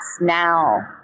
now